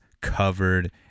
covered